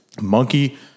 monkey